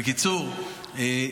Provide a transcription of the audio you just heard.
בקיצור,